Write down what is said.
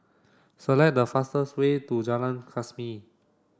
select the fastest way to Jalan Khamis